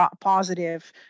positive